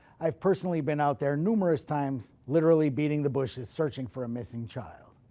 i've personally been out there numerous times, literally beating the bushes searching for a missing child.